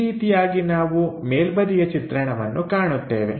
ಈ ರೀತಿಯಾಗಿ ನಾವು ಮೇಲ್ಬದಿಯ ಚಿತ್ರಣವನ್ನು ಕಾಣುತ್ತೇವೆ